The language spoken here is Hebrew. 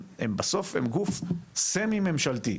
שבסוף הם גוף סמי ממשלתי.